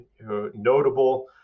notable